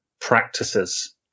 practices